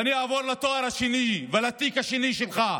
ואני אעבור לתואר השני ולתיק השני שלך,